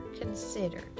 considered